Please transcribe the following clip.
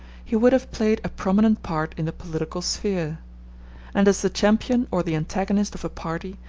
he would have played a prominent part in the political sphere and as the champion or the antagonist of a party,